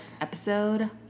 episode